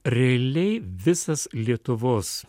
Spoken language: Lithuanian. realiai visas lietuvos